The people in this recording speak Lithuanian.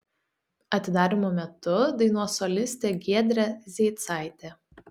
atidarymo metu dainuos solistė giedrė zeicaitė